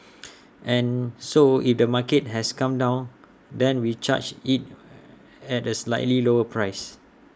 and so if the market has come down then we charge IT at A slightly lower price